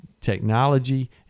technology